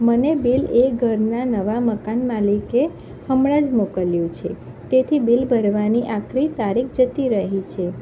મને બિલ એ ઘરનાં નવાં મકાન માલિકે હમણાં જ મોકલ્યું છે તેથી બિલ ભરવાની આખરી તારીખ જતી રહી છે